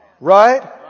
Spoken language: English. Right